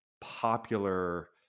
popular